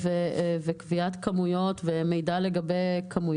העלויות שרוכשים אותו הן גבוהות וזה מתגלגל לצרכן.